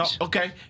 Okay